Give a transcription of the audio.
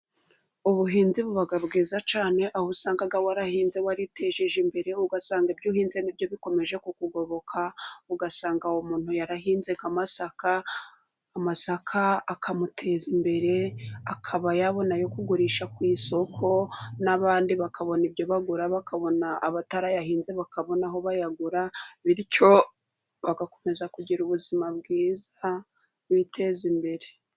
Ubuhinzi buba bwiza cyane， aho usanga warahinze waritejeje imbere，ugasanga ibyo uhinze nibyo bikomeje kukugoboka， ugasanga muntu yarahinze nk’amasaka， amasaka akamuteza imbere，akaba yabona ayo kugurisha ku isoko， n'abandi bakabona ibyo bagura， bakabona abatarayahinze bakabona aho bayagura， bityo bagakomeza kugira ubuzima bwiza biteza imbere.